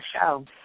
show